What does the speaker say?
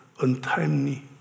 untimely